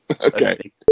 Okay